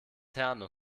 herne